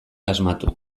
asmatu